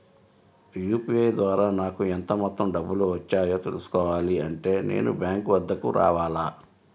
UPI ద్వారా నాకు ఎంత మొత్తం డబ్బులు వచ్చాయో తెలుసుకోవాలి అంటే నేను బ్యాంక్ వద్దకు రావాలా?